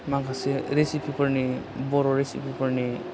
माखासे रिसिफिफोरनि बर' रिसिफिफोरनि